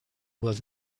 was